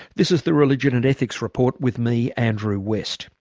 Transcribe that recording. this is the religion and ethics report with me andrew west